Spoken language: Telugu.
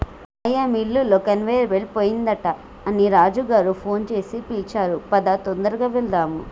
అయ్యా మిల్లులో కన్వేయర్ బెల్ట్ పోయిందట అని రాజు గారు ఫోన్ సేసి పిలిచారు పదా తొందరగా వెళ్దాము